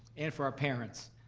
and for our parents,